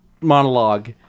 monologue